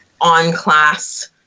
on-class